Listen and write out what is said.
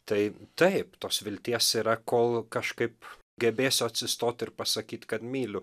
tai taip tos vilties yra kol kažkaip gebėsiu atsistot ir pasakyt kad myliu